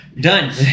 done